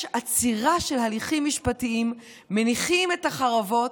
יש עצירה של הליכים משפטיים, מניחים את החרבות,